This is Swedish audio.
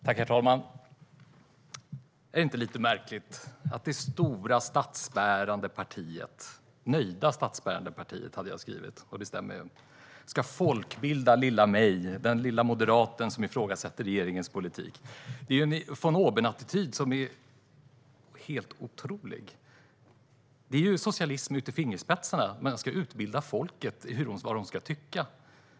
Herr talman! Är det inte lite märkligt att det stora, nöjda och statsbärande partiet ska folkbilda lilla mig, den lilla moderaten som ifrågasätter regeringens politik? Det är en von oben-attityd som är helt otrolig. Det är socialism ut i fingerspetsarna. Man ska utbilda folket i vad de ska tycka.